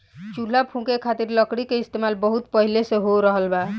चूल्हा फुके खातिर लकड़ी के इस्तेमाल बहुत पहिले से हो रहल बा